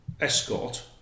Escort